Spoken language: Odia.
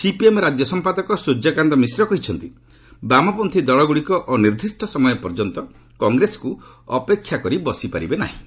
ସିପିଏମ୍ ରାଜ୍ୟ ସମ୍ପାଦକ ସୂର୍ଯ୍ୟକାନ୍ତ ମିଶ୍ର କହିଛନ୍ତି ବାମପନ୍ତୀ ଦଳଗୁଡ଼ିକ ଅନିର୍ଦ୍ଦିଷ୍ଟ ସମୟ ପର୍ଯ୍ୟନ୍ତ କଂଗ୍ରେସକୁ ଅପେକ୍ଷା କରି ବସିପାରିବେ ନାହିଁ